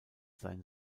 sein